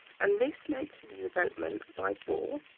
and this led to the development by bohr